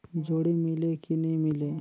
जोणी मीले कि नी मिले?